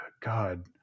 god